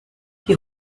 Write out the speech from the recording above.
die